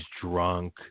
drunk